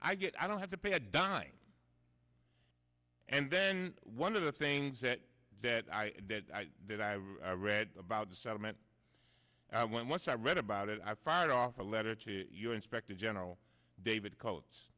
i get i don't have to pay a dime and then one of the things that that i that i that i've read about the settlement when once i read about it i fired off a letter to your inspector general david coats